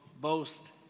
boast